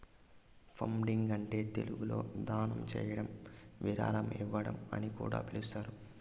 funding అంటే తెలుగులో దానం చేయడం విరాళం ఇవ్వడం అని కూడా పిలుస్తారు